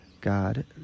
God